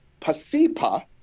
Pasipa